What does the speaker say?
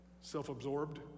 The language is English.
Self-absorbed